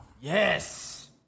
Yes